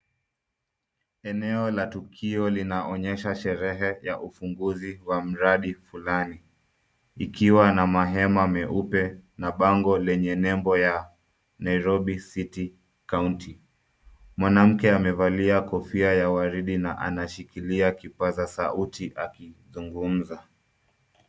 Eneo la tukio linaonyesha sherehe ya ufunguzi wa mradi fulani ikiwa na mahema meupe na bango lenye nembo ya Nairobi City County. Mwanamke amevalia kofia ya waridi na anashikilia kipaza sauti akizungumza.